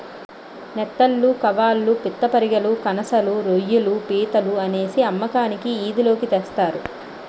నెత్తళ్లు కవాళ్ళు పిత్తపరిగెలు కనసలు రోయ్యిలు పీతలు అనేసి అమ్మకానికి ఈది లోకి తెస్తారు